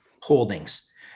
holdings